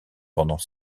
pendant